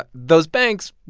ah those banks,